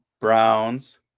Browns